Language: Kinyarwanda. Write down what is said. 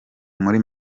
muri